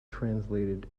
translated